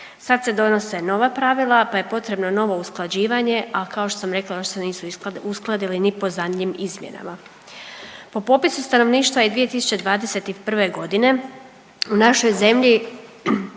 Sad se donose nova pravila pa je potrebno novo usklađivanje, a kao što sam rekla još se nisu uskladili ni po zadnjim izmjenama. Po popisu stanovništva iz 2021.g. u našoj zemlji